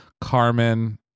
carmen